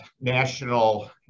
national